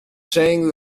saying